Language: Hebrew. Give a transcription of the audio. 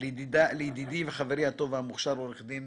לידידי וחברי הטוב והמוכשר עורך דין